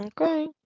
Okay